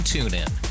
TuneIn